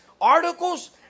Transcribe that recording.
articles